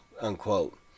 unquote